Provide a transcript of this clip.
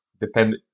depend